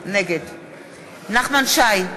נגד נחמן שי,